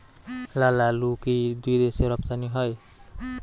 লালআলু কি বিদেশে রপ্তানি হয়?